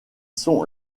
sont